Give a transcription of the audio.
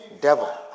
devil